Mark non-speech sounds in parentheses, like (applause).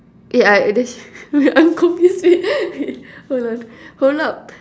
eh I wait (laughs) I'm confused wait hold on hold up